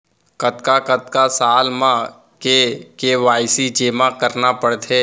कतका कतका साल म के के.वाई.सी जेमा करना पड़थे?